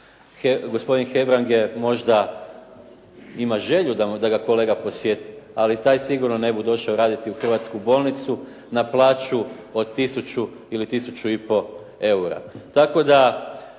Gospodin Hebrang možda ima želju da ga kolega posjeti, ali taj sigurno ne bu došao raditi u hrvatsku bolnicu na plaću od 1000 ili 1500 eura.